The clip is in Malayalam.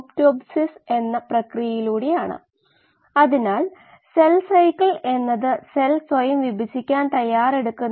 ഇൻപുട്ട് മാത്രമുള്ള ഔട്പൂട്ടില്ലാത്ത ഈ പ്രവർത്തനം വിശകലനം ചെയ്യാം